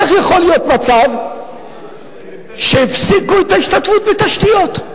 איך יכול להיות מצב שהפסיקו את ההשתתפות בתשתיות?